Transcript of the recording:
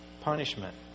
punishment